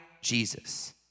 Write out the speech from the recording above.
Jesus